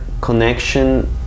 connection